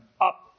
up